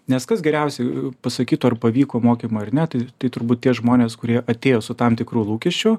nes kas geriausiai pasakytų ar pavyko mokymai ar ne ir tai tai turbūt tie žmonės kurie atėjo su tam tikru lūkesčiu